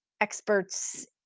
experts